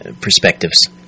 perspectives